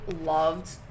loved